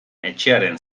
etxearen